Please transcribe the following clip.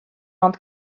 ond